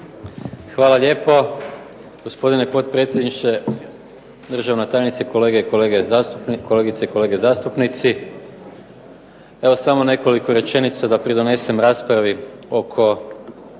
Hvala lijepo. Gospodine potpredsjedniče, državna tajnice, kolegice i kolege zastupnici. Evo samo nekoliko rečenica da pridonesem raspravi oko